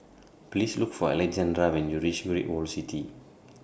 Please Look For Alejandra when YOU REACH Great World City